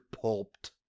pulped